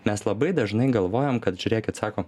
mes labai dažnai galvojam kad žiūrėkit sako